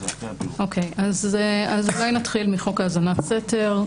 אז אולי נתחיל מחוק האזנת סתר.